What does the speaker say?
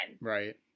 Right